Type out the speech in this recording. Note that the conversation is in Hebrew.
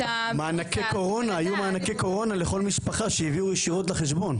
מענקי הקורונה היו מענקי קורונה לכל משפחה שהביאו ישירות לחשבון.